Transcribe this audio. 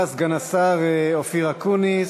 תודה, סגן השר אופיר אקוניס.